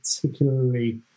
particularly